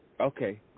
Okay